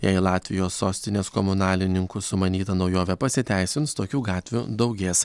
jei latvijos sostinės komunalininkų sumanyta naujovė pasiteisins tokių gatvių daugės